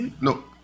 no